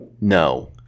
No